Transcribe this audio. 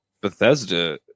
bethesda